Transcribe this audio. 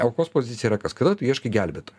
aukos pozicija yra kas kada tu ieškai gelbėtojo